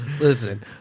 listen